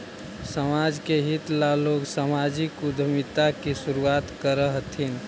समाज के हित ला लोग सामाजिक उद्यमिता की शुरुआत करअ हथीन